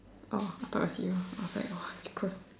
orh I thought it was you I was like close